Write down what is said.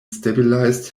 stabilized